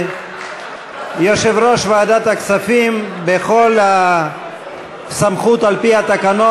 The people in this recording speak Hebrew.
יושב-ראש ועדת הכספים חבר הכנסת משה גפני,